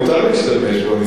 מותר להשתמש בה,